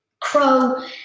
Crow